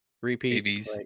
repeat